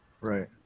Right